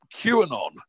QAnon